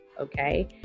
okay